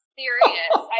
serious